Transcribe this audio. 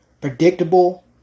predictable